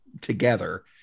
together